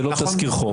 זה לא תזכיר חוק.